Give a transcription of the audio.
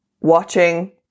watching